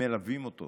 ומלווים אותו